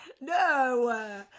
No